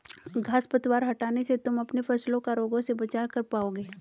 घांस पतवार हटाने से तुम अपने फसलों का रोगों से बचाव कर पाओगे